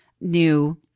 new